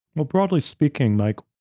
well, broadly speaking, mike,